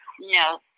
No